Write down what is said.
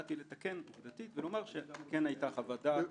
באתי לתקן עובדתית ולומר שכן היתה חוות דעת